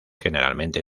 generalmente